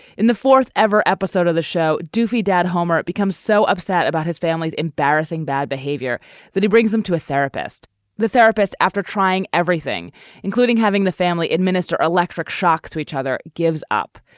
in the fourth ever episode of the show duffy dad homer becomes so upset about his family's embarrassing bad behavior that he brings them to a therapist the therapist after trying everything including having the family administer electric shocks to each other gives up.